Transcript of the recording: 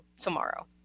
tomorrow